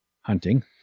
hunting